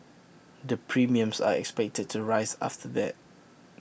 the premiums are expected to rise after that